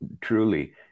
truly